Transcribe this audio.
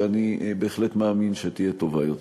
שאני בהחלט מאמין שתהיה טובה יותר.